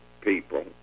people